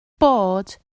bod